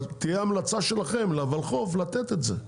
אבל תהיה המלצה שלכם לוולחו"ף לתת את זה,